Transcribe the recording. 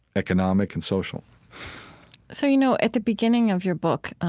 economic and social so you know, at the beginning of your book,